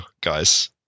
guys